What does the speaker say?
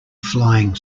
flying